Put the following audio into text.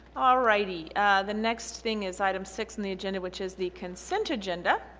alrighty the next thing is item six in the agenda which is the consent agenda